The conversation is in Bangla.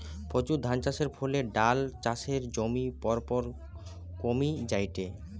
প্রচুর ধানচাষের ফলে ডাল চাষের জমি পরপর কমি জায়ঠে